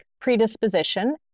predisposition